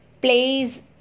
plays